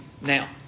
now